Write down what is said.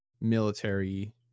military